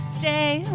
Stay